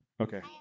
Okay